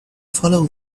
follow